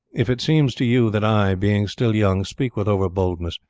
if it seems to you that i, being still young, speak with over-boldness,